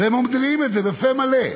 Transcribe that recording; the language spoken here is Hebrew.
והם אומרים את זה בפה מלא,